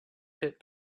pit